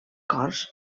corts